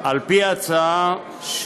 על-פי ההצעה,